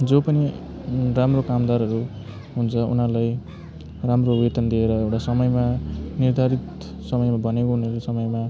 जो पनि राम्रो कामदारहरू हुन्छ उनीहरूलाई राम्रो बेतन दिएर एउटा समयमा निर्धारित समयमा भनेको उनीहरूले समयमा